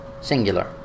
singular